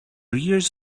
years